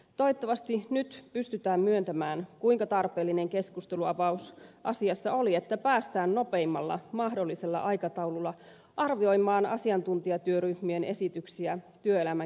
toivottavasti nyt pystytään myöntämään kuinka tarpeellinen keskustelunavaus asiassa oli että päästään nopeimmalla mahdollisella aikataululla arvioimaan asiantuntijatyöryhmien esityksiä työelämän kehittämisestä